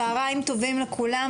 צוהריים טובים לכולם,